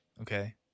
Okay